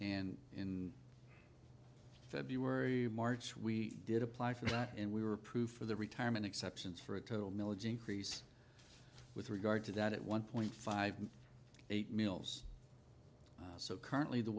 and in february march we did apply for that and we were approved for the retirement exceptions for a total milage increase with regard to that one point five eight mills so currently the